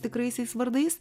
tikraisiais vardais